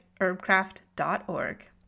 herbcraft.org